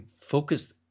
focused